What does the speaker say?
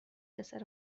دسر